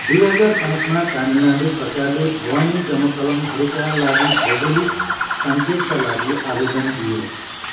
दुई हजार पाँचमा तमिलनाडू सरकारले भवानी जमक्कलमहरूका लागि भौगोलिक साङ्केतका लागि आवेदन दियो